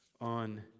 on